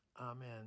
Amen